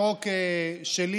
החוק שלי,